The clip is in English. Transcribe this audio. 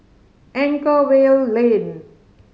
Anchorvale Lane